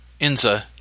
Enza